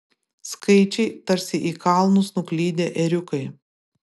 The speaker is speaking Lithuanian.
skaičiai tarsi į kalnus nuklydę ėriukai